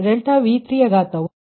0132332 ಮತ್ತು ∆V30 ಯು 0